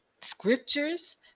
scriptures